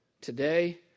today